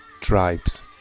Tribes